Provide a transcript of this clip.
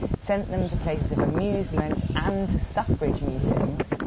sent them to places of amusement and to suffrage meetings.